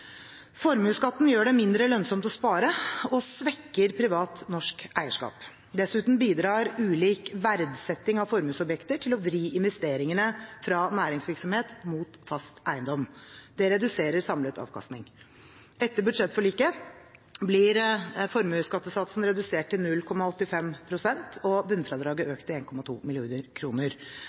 Formuesskatten gjør det mindre lønnsomt å spare og svekker privat norsk eierskap. Dessuten bidrar ulik verdsetting av formuesobjekter til å vri investeringene fra næringsvirksomhet mot fast eiendom. Det reduserer samlet avkastning. Etter budsjettforliket blir formuesskattesatsen redusert til 0,85 pst. og bunnfradraget